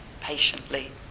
patiently